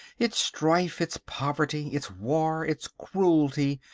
its strife, its poverty, its war, its cruelty,